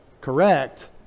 correct